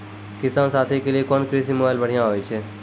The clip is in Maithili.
किसान साथी के लिए कोन कृषि मोबाइल बढ़िया होय छै?